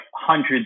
hundreds